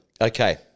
Okay